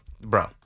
bro